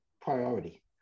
priority